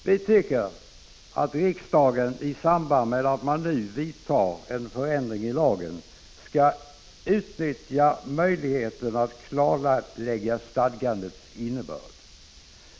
: Vi tycker att riksdagen i samband med att en förändring i lagen nu vidtas skall utnyttja möjligheten att klarlägga stadgandets innebörd.